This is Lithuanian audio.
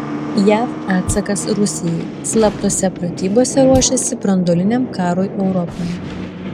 jav atsakas rusijai slaptose pratybose ruošėsi branduoliniam karui europoje